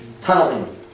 tunneling